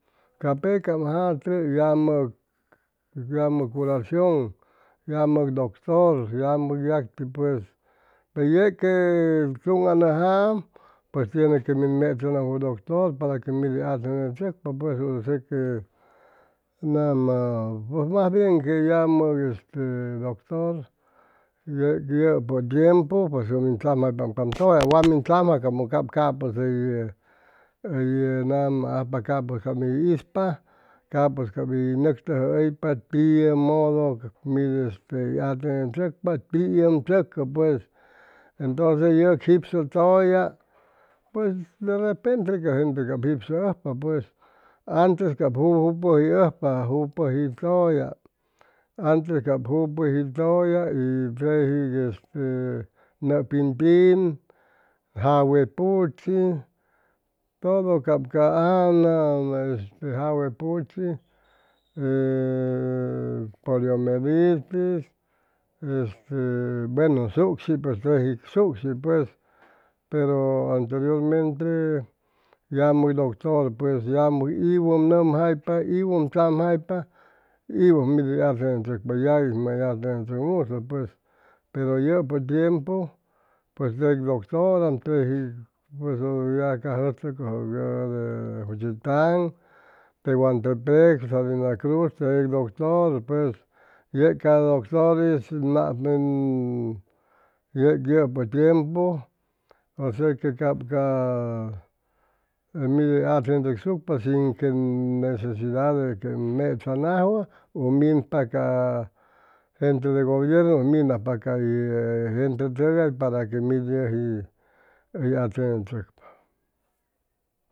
Ca pecam jate yamʉg yamʉ curacion yamʉg doctor yamʉ yagti pues pe yeg que anʉjaam pues tiene que min mechʉnajwʉ doctor para que mit hʉy atendechʉcpa nama mas bien yeg yamʉ doctor yeg tʉpʉ tiempu pues ʉm tzamjaypam cam tʉlla wat min tzamja como ap capʉ hʉy hʉy nama ajpa capʉs cap hʉy ispa capʉs cap hʉy nʉctʉjʉhʉypa tiʉmodo mit hʉy atendechʉcpa tiʉ ʉm chʉcʉ pues entonces yʉg jipsʉ tʉlla pues de repente ca gente cap jipsʉʉjpa pues antes cap jupʉji tʉlla y cap tejiq este nʉpin pin jawe puchi todo cap ca jawe puchi ee poliomelitis este bueno shucshi pues teji shucshi pues pero anteriormente yamʉ hʉy doctor pues yamʉ iwʉ ʉm nʉmjaypa iwʉ ʉm tzamjaypa iwʉ mit hʉy atendechʉcpa yagui mi way atendechʉcmusʉ pues pero yʉpʉ tiempu pues teg doctora teji pues ya ca jʉstʉcʉjʉga juchitan tehuantepec salina cruz teg doctor pues yeg ca doctor'is yeg yʉpʉ tiempu osea que cap ca ca mid hʉy atendechʉcsucpa shin quem sin necesidad de que ʉm mechanajwʉ u minpa ca gente de gibiernu minajpa cay gente tʉgay para que miy atendechʉcpa